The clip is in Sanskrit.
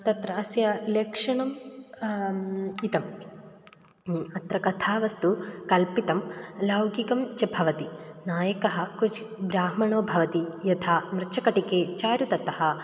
तत्र अस्य लक्षणम् इदम् अत्र कथा वस्तु कल्पितं लौकिकं च भवति नायकः क्वचित् ब्राह्मणो भवति यथा मृच्छकटिके चारुदत्तः